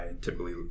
typically